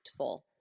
impactful